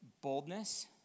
boldness